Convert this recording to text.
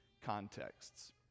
contexts